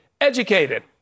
educated